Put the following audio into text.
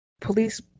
Police